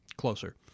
closer